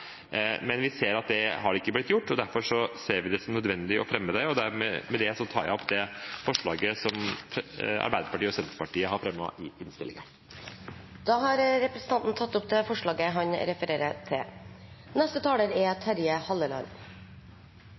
men vi ser at det ikke har blitt gjort, og derfor ser vi det som nødvendig å fremme det. Med det tar jeg opp forslaget som Arbeiderpartiet og Senterpartiet har fremmet i innstillingen. Representanten Åsmund Aukrust har tatt opp det forslaget han refererte til. Jeg skal være kort. Kommunalt selvstyre er